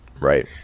right